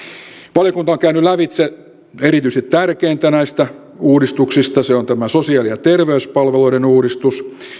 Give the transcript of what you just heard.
valiokunta on käynyt lävitse erityisesti tärkeintä näistä uudistuksista se on tämä sosiaali ja terveyspalveluiden uudistus